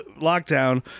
lockdown